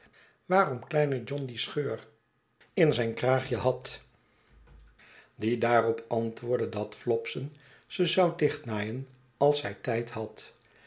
waarom kleine john die scheur in zijn kraagje had die daarop antwoordde dat flopson ze zou dichtnaaien als zij tijd had